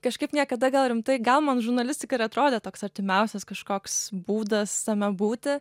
kažkaip niekada gal rimtai gal man žurnalistika ir atrodė toks artimiausias kažkoks būdas tame būti